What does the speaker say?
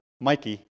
Mikey